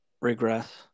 regress